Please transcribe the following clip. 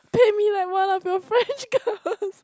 paint me like one of your French girls